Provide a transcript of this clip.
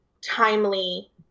timely